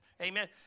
amen